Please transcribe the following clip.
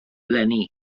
eleni